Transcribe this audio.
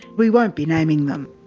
we won't be naming them.